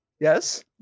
Yes